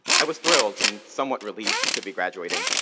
i was thrilled and somewhat relieved to be graduating.